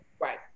Right